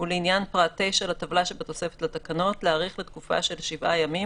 ולעניין פרט (9) לטבלה שבתוספת לתקנות להאריך לתקופה של 7 ימים